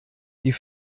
die